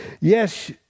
Yes